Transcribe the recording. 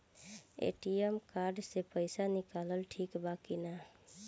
ATM card से पईसा निकालल ठीक बा की ना?